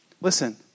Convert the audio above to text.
Listen